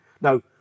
now